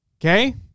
Okay